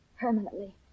permanently